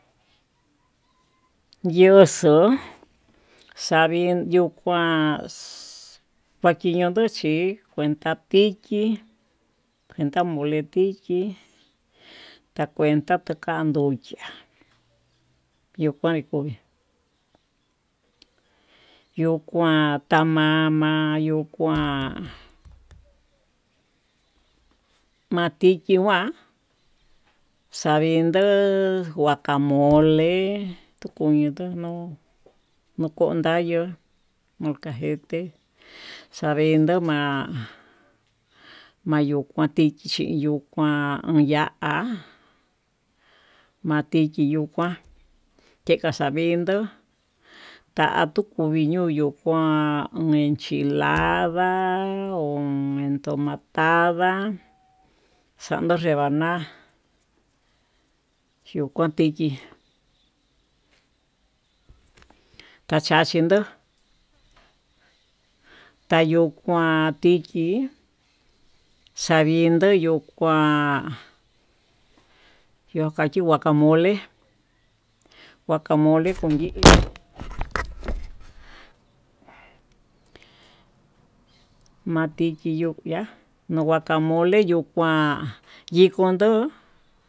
Yoxo'o xavii yukuá, kuachiñondo chí ta'a tichi xhinta'a mole tichí takuenta takanduchiá yokuan kovii yo'ó kuan tamama yo'ó kuán, matichi kuan xavindo guacamole tukuñoto no'ó nokondayo molcajeté xavindo ma'a mayuu kuan tichi yuu kuán, no'o ya'á matichi yuu kuán teka xavindo kua yuu nakinyo yuu kuán enchilada ho entomatada xando rebana yuu kontichi tachachino'o, tayo'ó kuán tichí xavindo yuu kuán yo'o kachi guacamole, guacamole konkii matichi yuya'a guacamole yuu kuán yii kondó.